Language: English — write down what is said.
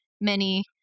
many-